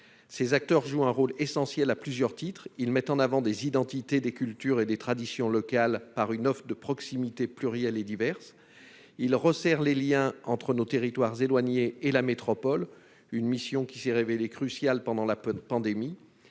ces acteurs jouent un rôle essentiel à plusieurs titres, ils mettent en avant des identités des cultures et des traditions locales par une offre de proximité plurielle et diverse, il resserre les Liens entre nos territoires éloignés et la métropole, une mission qui s'est révélé crucial pendant la peu